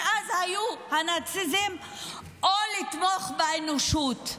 שאז היו הנאציזם לבין לתמוך באנושות.